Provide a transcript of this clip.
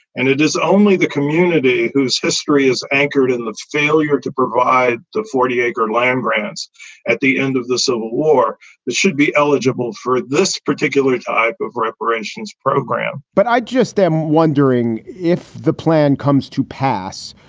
and it is only the community whose history is anchored in the failure to provide the forty acre land grants at the end of the civil war that should be eligible for this particular type of reparations program but i just am wondering if the plan comes to pass.